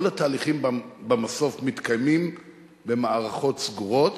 כל התהליכים במסוף מתקיימים במערכות סגורות,